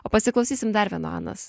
o pasiklausysim dar vieno anos